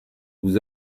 vous